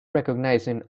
recognizing